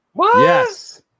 Yes